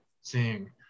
seeing